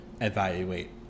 evaluate